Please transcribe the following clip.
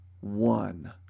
one